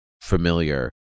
familiar